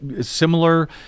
similar